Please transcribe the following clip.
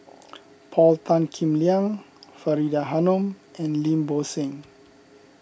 Paul Tan Kim Liang Faridah Hanum and Lim Bo Seng